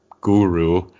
guru